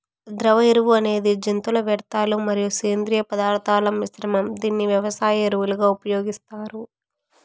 ద్రవ ఎరువు అనేది జంతువుల వ్యర్థాలు మరియు సేంద్రీయ పదార్థాల మిశ్రమం, దీనిని వ్యవసాయ ఎరువులుగా ఉపయోగిస్తారు